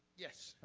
yes,